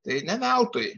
tai ne veltui